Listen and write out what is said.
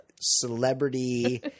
celebrity